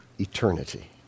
eternity